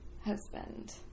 husband